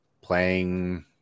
playing